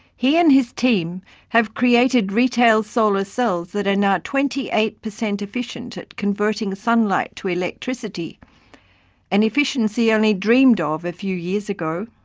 he and his team have created retail solar cells that are now twenty eight per cent efficient at converting sunlight to electricity an efficiency only dreamed ah of a few years ago.